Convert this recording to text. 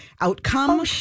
outcome